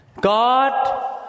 God